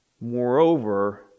Moreover